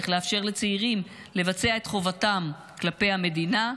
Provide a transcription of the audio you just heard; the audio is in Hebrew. לאפשר לצעירים לבצע את חובתם כלפי המדינה,